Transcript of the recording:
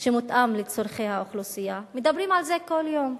שמותאם לצורכי האוכלוסייה, מדברים על זה כל יום.